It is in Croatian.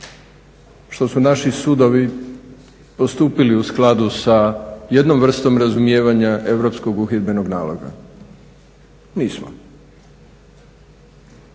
što su naši sudovi postupili u skladu sa jednom vrstom razumijevanja europskog uhidbenog naloga. Nismo.